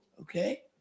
Okay